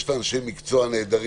יש לה אנשי מקצוע נהדרים,